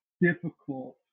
difficult